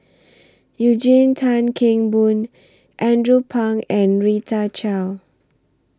Eugene Tan Kheng Boon Andrew Phang and Rita Chao